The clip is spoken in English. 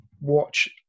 watch